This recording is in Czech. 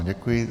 Děkuji.